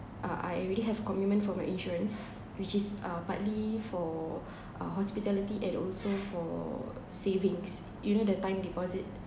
uh I already have commitment from my insurance which is uh partly for uh hospitality and also for savings you know the time deposit